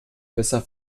besser